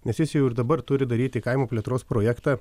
nes jis jau ir dabar turi daryti kaimo plėtros projektą